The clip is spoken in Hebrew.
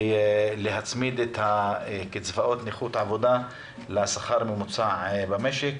להצמיד את קצבאות נכות עבודה לשכר הממוצע במשק,